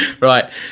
Right